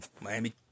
Miami